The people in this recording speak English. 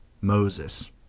Moses